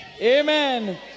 Amen